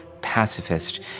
pacifist